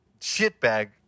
shitbag